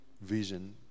Vision